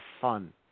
fun